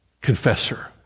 Confessor